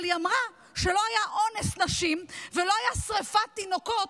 אבל היא אמרה שלא היה אונס נשים ולא הייתה שרפת תינוקות,